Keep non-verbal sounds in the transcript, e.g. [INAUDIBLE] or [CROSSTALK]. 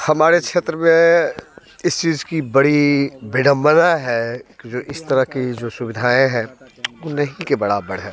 हमारे क्षेत्र में इस चीज की बड़ी बिडम्बना है [UNINTELLIGIBLE] इस तरह की जो सुविधाएँ हैं वो नहीं के बराबर है